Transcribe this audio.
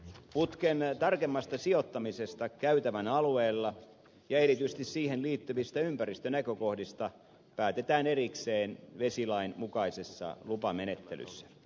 putken tarkemmasta sijoittamisesta käytävän alueella ja erityisesti siihen liittyvistä ympäristönäkökohdista päätetään erikseen vesilain mukaisessa lupamenettelyssä